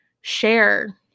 share